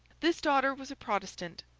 this daughter was a protestant,